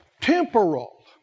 Temporal